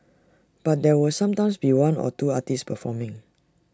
but there will sometimes be one or two artists performing